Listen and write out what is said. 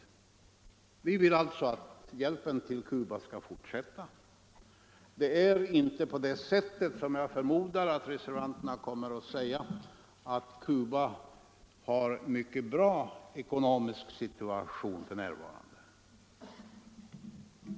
Vi vill alltså att hjälpen till Cuba skall fortsätta. Det är inte på det sättet — som jag förmodar att reservanterna kommer att säga — att Cuba har en mycket bra ekonomisk situation f.n.